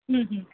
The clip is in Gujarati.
હમ હમ